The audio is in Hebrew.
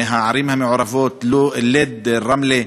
מהערים המעורבות, לוד, רמלה,